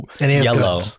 yellow